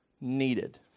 needed